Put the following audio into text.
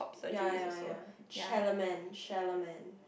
ya ya ya Chella-Man Chella-Man